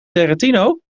tarantino